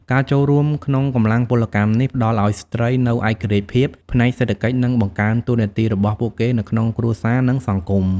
ការចូលរួមក្នុងកម្លាំងពលកម្មនេះ ផ្ដល់ឱ្យស្ត្រីនូវឯករាជ្យភាពផ្នែកសេដ្ឋកិច្ច និងបង្កើនតួនាទីរបស់ពួកគេនៅក្នុងគ្រួសារ និងសង្គម។